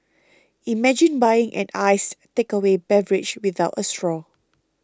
imagine buying an iced takeaway beverage without a straw